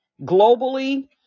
globally